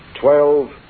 Twelve